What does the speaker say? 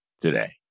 today